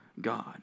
God